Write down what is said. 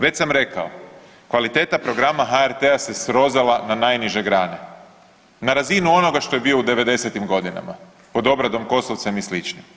Već sam rekao kvalitete programa HRT-a se srozala na najniže grane, na razinu onoga što je bio u '90.-tim godinama pod Obradom Kosovcem i sličnim.